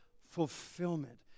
fulfillment